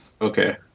Okay